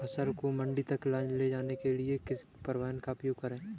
फसल को मंडी तक ले जाने के लिए किस परिवहन का उपयोग करें?